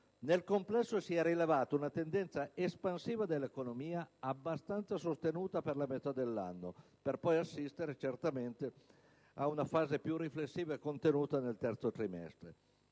Nel complesso, si è rilevata una tendenza espansiva dell'economia abbastanza sostenuta per la metà dell'anno, per poi assistere certamente a una fase più riflessiva e contenuta nel terzo trimestre.